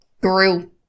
grew